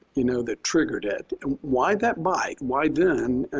you know, that triggered it. why that bite? why then